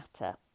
matter